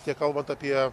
tiek kalbant apie